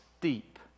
deep